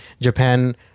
japan